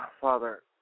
Father